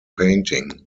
painting